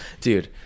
Dude